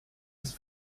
ist